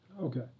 Okay